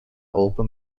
open